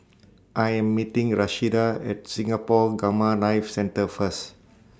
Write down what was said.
I Am meeting Rashida At Singapore Gamma Knife Centre First